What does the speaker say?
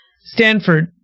Stanford